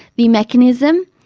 the mechanism?